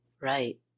Right